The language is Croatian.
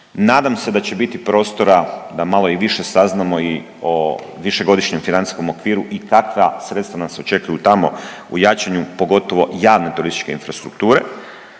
Nadam se da će biti prostora da malo i više saznamo i o višegodišnjem financijskom okviru i kakva sredstva nas očekuju tamo u jačanju pogotovo javne turističke infrastrukture.